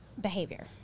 behavior